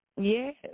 Yes